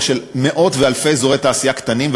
של מאות ואלפי אזורי תעשייה קטנים,